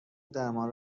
درمان